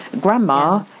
grandma